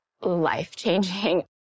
life-changing